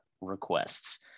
requests